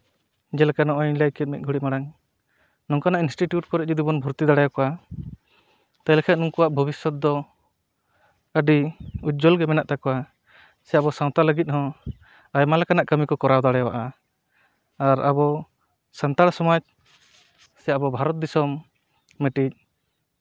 ᱡᱮᱞᱮᱠᱟ ᱱᱚᱜᱼᱚᱭᱤᱧ ᱞᱟᱹᱭ ᱠᱮᱫ ᱢᱤᱫ ᱜᱷᱟᱹᱲᱤ ᱢᱟᱲᱟᱝ ᱱᱚᱝᱠᱟᱱᱟᱜ ᱤᱱᱴᱤᱴᱩᱭᱩᱴ ᱠᱚᱨᱮᱫ ᱡᱩᱫᱤ ᱵᱚᱱ ᱵᱷᱚᱨᱛᱤ ᱫᱟᱲᱮᱭᱟ ᱠᱚᱣᱟ ᱛᱟᱦᱚᱞᱮ ᱠᱷᱟᱱ ᱩᱱᱠᱩᱣᱟᱜ ᱵᱷᱚᱵᱤᱥᱥᱚᱛ ᱫᱚ ᱟᱹᱰᱤ ᱩᱡᱡᱚᱞ ᱜᱮ ᱢᱮᱱᱟᱜ ᱛᱟᱠᱚᱣᱟ ᱥᱮ ᱟᱵᱚ ᱥᱟᱶᱛᱟ ᱞᱟᱹᱜᱤᱫ ᱦᱚᱸ ᱟᱭᱢᱟ ᱞᱮᱠᱟᱱᱟᱜ ᱠᱟᱹᱢᱤ ᱠᱚ ᱠᱚᱨᱟᱣ ᱫᱟᱲᱮᱭᱟᱜᱼᱟ ᱟᱨ ᱟᱵᱚ ᱥᱟᱱᱛᱟᱲ ᱥᱚᱢᱟᱡᱽ ᱥᱮ ᱟᱵᱚ ᱵᱷᱟᱨᱚᱛ ᱫᱤᱥᱚᱢ ᱢᱤᱫᱴᱤᱡ